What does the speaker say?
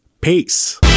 Peace